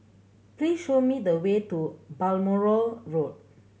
please show me the way to Balmoral Road